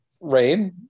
rain